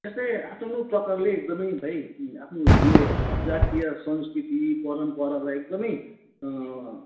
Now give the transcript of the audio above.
त्यस्तै आफ्नो आफ्नो प्रकारले एकदमै भाइ आफ्नो यो जातीय संस्कृति परम्परालाई एकदमै